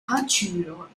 peinture